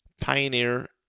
Pioneer